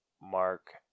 Mark